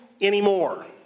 anymore